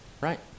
right